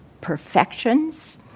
perfections